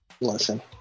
listen